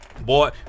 Boy